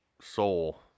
soul